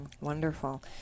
Wonderful